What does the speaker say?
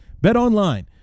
BetOnline